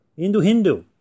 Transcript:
Hindu-Hindu